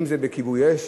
אם זה בכיבוי אש,